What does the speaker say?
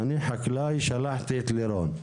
אני חקלאי, שלחתי את לירון.